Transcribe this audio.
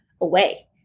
away